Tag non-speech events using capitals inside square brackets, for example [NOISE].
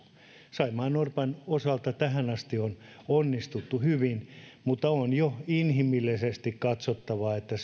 saimaannorpan osalta tähän asti on onnistuttu hyvin mutta on jo inhimillisesti katsottava että [UNINTELLIGIBLE]